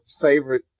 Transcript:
favorite